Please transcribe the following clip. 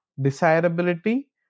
desirability